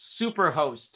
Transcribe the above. Superhost